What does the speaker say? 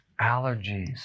Allergies